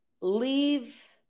leave